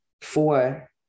four